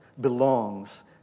belongs